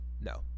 No